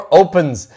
opens